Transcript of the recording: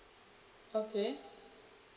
okay